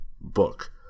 book